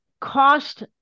cost